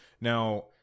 Now